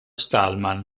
stallman